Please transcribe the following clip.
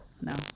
No